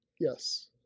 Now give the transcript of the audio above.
Yes